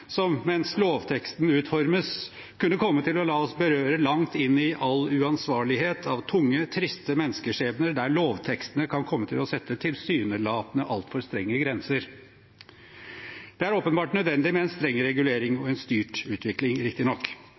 som mens lovteksten utformes, kunne komme til å la oss berøre langt inn i all uansvarlighet av tunge, triste menneskeskjebner, der lovtekstene kan komme til å sette tilsynelatende altfor strenge grenser. Det er åpenbart nødvendig med en streng regulering og en styrt utvikling,